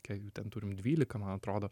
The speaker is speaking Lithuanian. kiek jų ten turim dvylika man atrodo